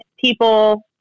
people